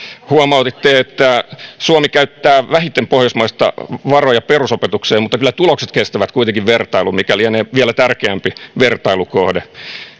huomautitte että suomi käyttää vähiten pohjoismaista varoja perusopetukseen mutta kyllä tulokset kestävät kuitenkin vertailun mikä lienee vielä tärkeämpi vertailukohde